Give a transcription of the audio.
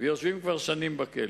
ויושבים כבר שנים בכלא.